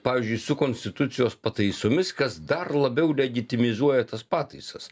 pavyzdžiui su konstitucijos pataisomis kas dar labiau legitimizuoja tas pataisas